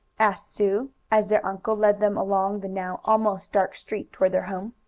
asked sue, as their uncle led them along the now almost dark street toward their home.